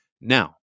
Now